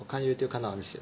我看 Youtube 看到很 sian